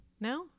no